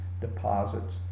deposits